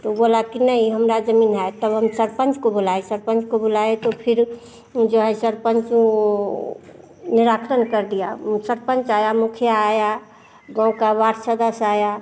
वो बोला कि नहीं हमारा जमीन है तब हम सरपंच को बोलाए सरपंच को बोलाए तो फिर जो है सरपंच निराकरण कर दिया सरपंच आया मुखिया आया गाँव का वार्ड सदस्य आया